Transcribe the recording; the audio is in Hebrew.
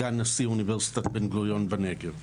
וסגן נשיא אוניברסיטת בן-גוריון בנגב.